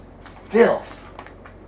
filth